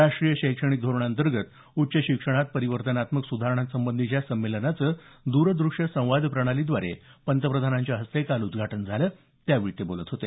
राष्ट्रीय शैक्षणिक धोरणाअंतर्गत उच्च शिक्षणात परिवर्तनात्मक सुधारणासंबंधीच्या संमेलनाच द्रदृश्य संवाद प्रणालीद्वारे पंतप्रधानांच्या हस्ते काल उद्घाटन झालं यावेळी ते बोलत होते